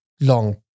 long